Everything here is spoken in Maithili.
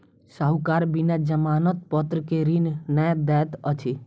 साहूकार बिना जमानत पत्र के ऋण नै दैत अछि